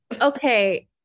Okay